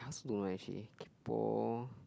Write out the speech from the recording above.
I also don't know leh she kaypoh